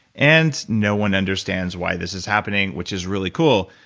and no one understands why this is happening, which is really cool.